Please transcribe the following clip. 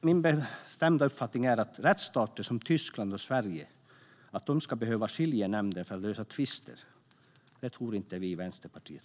Min bestämda uppfattning är att rättsstater som Tyskland och Sverige inte ska behöva skiljenämnder för att lösa tvister. Det tycker inte vi i Vänsterpartiet.